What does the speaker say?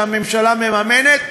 שהממשלה מממנת,